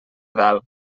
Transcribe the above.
dalt